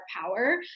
power